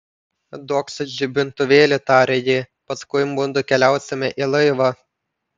duokš žibintuvėlį tarė ji paskui mudu keliausime į laivą